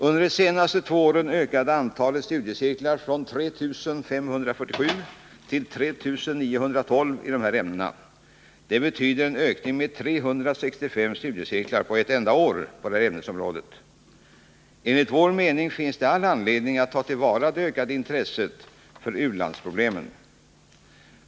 Under de senaste två åren ökade antalet studiecirklar från 3 547 till 3 912 i dessa ämnen. Det betyder en ökning med 365 studiecirklar på ett enda år på det här ämnesområdet. Enligt vår mening finns det all anledning att ta till vara det ökade intresset för u-landsproblemen.